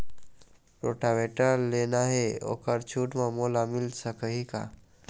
Rotavator लेना हे ओहर छूट म मोला मिल सकही का?